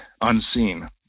unseen